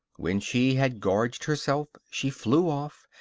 when she had gorged herself she flew off,